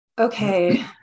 Okay